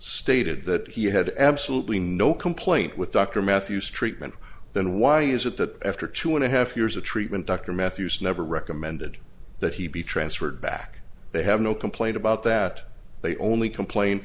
stated that he had absolutely no complaint with dr matthews treatment then why is it that after two and a half years of treatment dr matthews never recommended that he be transferred back they have no complaint about that they only complain